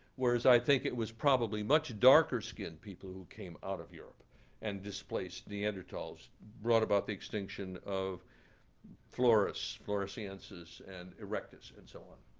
whereas, i think it was probably a much darker skinned people who came out of europe and displaced neanderthals. brought about the extinction of flores, floresiensis, and erectus, and so on.